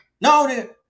No